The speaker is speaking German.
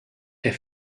der